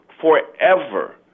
forever